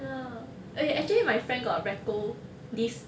ya eh actually my friend got reco this